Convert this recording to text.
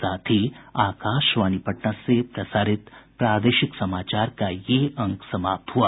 इसके साथ ही आकाशवाणी पटना से प्रसारित प्रादेशिक समाचार का ये अंक समाप्त हुआ